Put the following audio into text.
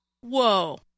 Whoa